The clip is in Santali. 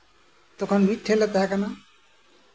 ᱛᱚᱠᱷᱚᱱ ᱢᱤᱫ ᱴᱷᱮᱡ ᱞᱮ ᱛᱟᱸᱦᱮ ᱠᱟᱱᱟ